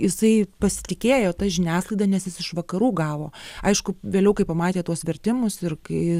jisai pasitikėjo ta žiniasklaida nes jis iš vakarų gavo aišku vėliau kai pamatė tuos vertimus ir kai